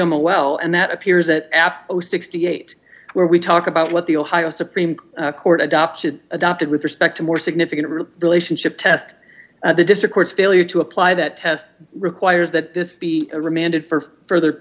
j m a well and that appears at aptos sixty eight where we talk about what the ohio supreme court adopted adopted with respect to more significant relationship test at the district courts failure to apply that test requires that this be remanded for further